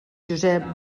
josep